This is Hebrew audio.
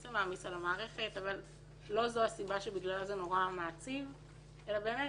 זה מעמיס על המערכת אבל לא זו הסיבה שבגללה זה נורא מעציב אלא באמת,